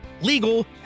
legal